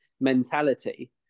mentality